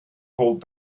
hold